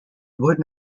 would